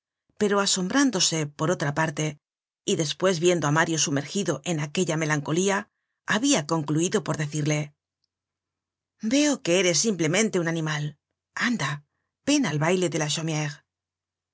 pero asombrándose por otra parte y despues viendo á mario sumergido en aquella melancolía habia concluido por decirle veo que eres simplemente un animal anda ven al baile de la